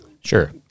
Sure